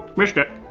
missed it.